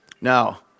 Now